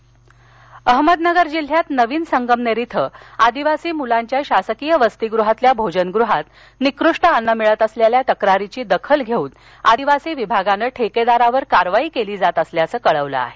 निकृष्ट जेवण अहमदनगर जिल्ह्यात नवीन संगमनेर इथं आदिवासी मूलांच्या शासकीय वसतिगृहातल्या भोजनगृहात निकृष्ट अन्न मिळत असल्याच्या तक्रारीची दखल आदिवासी विभागानं घेतली असून ठेकेदारावर कारवाई केली जात असल्याचं कळवलं आहे